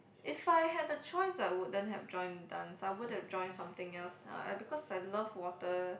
if I had the choice I wouldn't have joined dance I would have joined something else uh because I love water